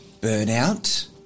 Burnout